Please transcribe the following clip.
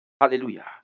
hallelujah